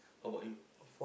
how about you